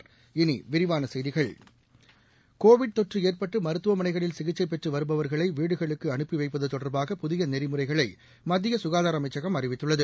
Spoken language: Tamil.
இனி விரிவான செய்திகள் கோவிட் தொற்று ஏற்பட்டு மருத்துவமனைகளில் சிகிச்சை பெற்று வருபவா்களை வீடுகளுக்கு அனுப்பி வைப்பது தொடர்பாக புதிய நெறிமுறைகளை மத்திய சுகாதார அமைச்சகம் அறிவித்துள்ளது